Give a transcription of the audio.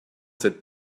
cette